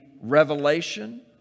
revelation